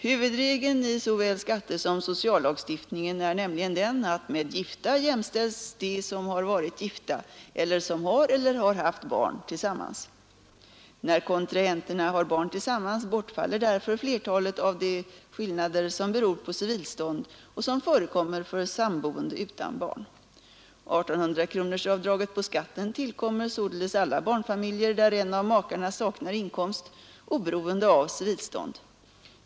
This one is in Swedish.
Huvudregeln i såväl skattesom sociallagstiftningen är nämligen den att med gifta jämställs de som har varit gifta eller som har eller har haft barn tillsammans. När kontrahenterna har barn tillsammans bortfaller därför flertalet av de skillnader som beror på civilstånd och som förekommer för samboende utan barn. 1 800-kronorsavdraget på skatten tillkommer således alla barnfamiljer där en av makarna saknar inkomst, oberoende av civilstånd.